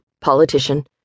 politician